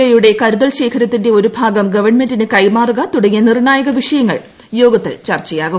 I യുടെ കരുതൽ ശേഖരത്തിന്റെ ഒരു ഭാഗം ഗവൺമെന്റിന് കൈമാറുക തുടങ്ങിയ നിർണായക വിഷയങ്ങൾ യോഗത്തിൽ ചർച്ചയാകും